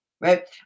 right